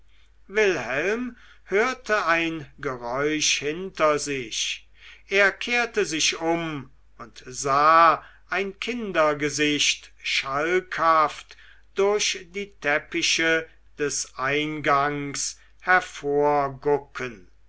wilhelm hörte ein geräusch hinter sich er kehrte sich um und sah ein kindergesicht schalkhaft durch die teppiche des eingangs